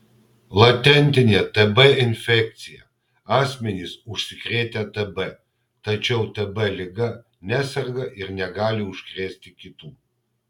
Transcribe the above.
latentinė tb infekcija asmenys užsikrėtę tb tačiau tb liga neserga ir negali užkrėsti kitų